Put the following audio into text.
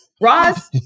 Ross